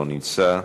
לא נמצא,